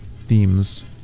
themes